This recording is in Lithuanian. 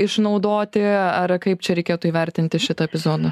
išnaudoti ar kaip čia reikėtų įvertinti šitą epizodą